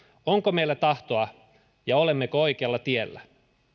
onko meillä tahtoa ja olemmeko oikealla tiellä